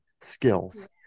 skills